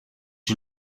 you